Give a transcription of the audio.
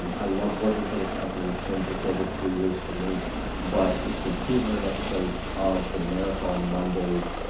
um i love working for this company. it's been just over three years for me but it's been two hundred episodes of the marathon mondays.